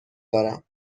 دارم